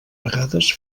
vegades